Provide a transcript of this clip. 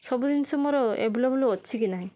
ସବୁ ଜିନିଷ ମୋର ଆଭେଲେବେଲ ଅଛି କି ନାହିଁ